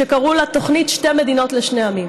שקראו לה "תוכנית שתי מדינות לשני עמים".